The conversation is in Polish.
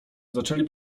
zaczęli